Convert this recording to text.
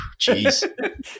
Jeez